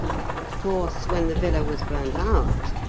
of course, when the villa was burnt out,